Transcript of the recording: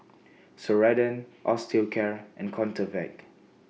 Ceradan Osteocare and